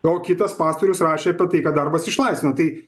o kitas pastorius rašė apie tai kad darbas išlaisvina tai